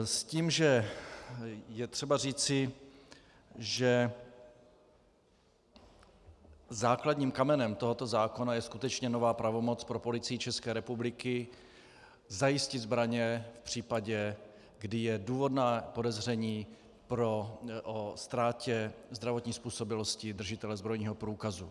S tím, že je třeba říci, že základním kamenem tohoto zákona je skutečně nová pravomoc pro Policii České republiky zajistit zbraně v případě, kdy je důvodné podezření o ztrátě zdravotní způsobilosti držitele zbrojního průkazu.